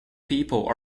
people